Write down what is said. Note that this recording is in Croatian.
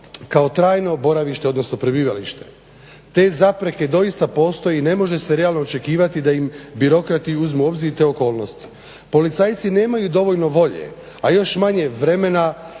kao trajno boravište odnosno prebivalište. Te zapreke doista postoje i ne može se realno očekivati da im birokrati uzmu u obzir te okolnosti. Policajci nemaju dovoljno volje, a još manje vremena